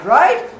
right